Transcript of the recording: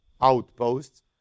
outposts